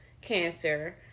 cancer